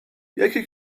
یکی